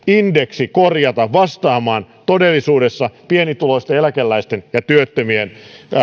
indeksi korjata vastaamaan todellisuudessa pienituloisten eläkeläisten ja työttömien